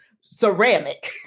ceramic